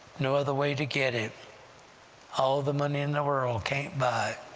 no other way to get it all the money in the world can't buy